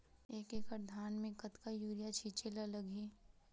एक एकड़ धान में कतका यूरिया छिंचे ला लगही?